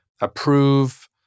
approve